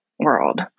world